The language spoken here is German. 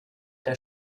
der